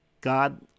God